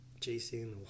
Jason